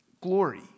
glory